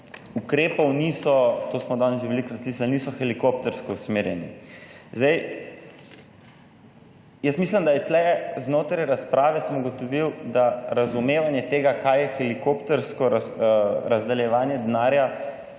slišali, niso helikoptersko usmerjeni. Jaz mislim, da znotraj razprave sem ugotovil, da razumevanje tega, kaj je helikoptersko razdeljevanje denarja